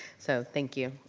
so thank you.